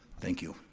thank you.